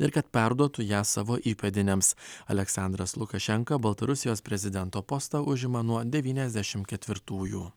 ir kad perduotų ją savo įpėdiniams aleksandras lukašenka baltarusijos prezidento postą užima nuo devyniasdešim ketvirtųjų